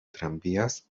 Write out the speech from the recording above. tranvías